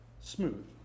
smooth